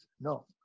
no